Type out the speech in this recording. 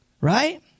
right